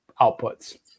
outputs